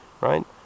right